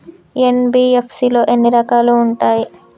NBFC లో ఎన్ని రకాలు ఉంటాయి?